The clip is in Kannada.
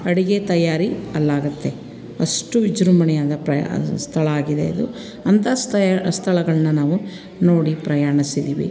ಅಡುಗೆ ತಯಾರಿ ಅಲ್ಲಾಗುತ್ತೆ ಅಷ್ಟು ವಿಜೃಂಭಣೆಯಾದ ಪ್ರಯಾ ಸ್ಥಳ ಆಗಿದೆ ಅದು ಅಂತ ಸ್ತಯ ಸ್ಥಳಗಳನ್ನ ನಾವು ನೋಡಿ ಪ್ರಯಾಣಸಿದ್ದೀವಿ